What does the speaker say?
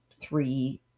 three